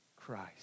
Christ